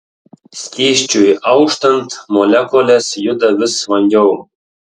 skysčiui auštant molekulės juda vis vangiau